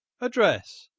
address